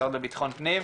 של המשרד לביטחון פנים,